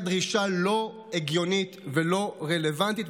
הייתה דרישה לא הגיונית ולא רלוונטית.